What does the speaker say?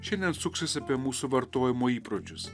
šiandien suksis apie mūsų vartojimo įpročius